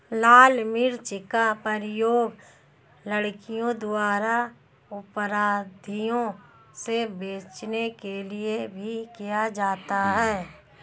लाल मिर्च का प्रयोग लड़कियों द्वारा अपराधियों से बचने के लिए भी किया जाता है